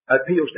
Appeals